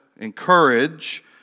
encourage